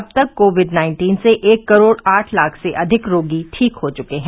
अब तक Covid nineteen से एक करोड आठ लाख से अधिक रोगी ठीक हो चुके हैं